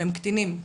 שהם קטינים,